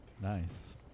Nice